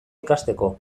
ikasteko